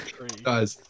Guys